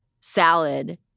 salad